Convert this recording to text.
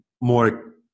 more